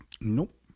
Nope